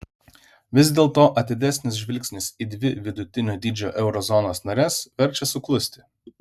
vis dėlto atidesnis žvilgsnis į dvi vidutinio dydžio euro zonos nares verčia suklusti